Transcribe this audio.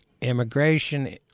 immigration